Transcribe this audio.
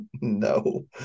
No